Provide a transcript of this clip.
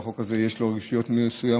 ובחוק הזה יש רגישויות מסוימות,